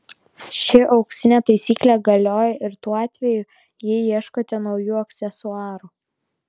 ši auksinė taisyklė galioja ir tuo atveju jei ieškote naujų aksesuarų